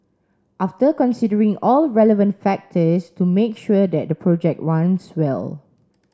after considering all relevant factors to make sure that the project runs well